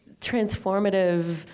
transformative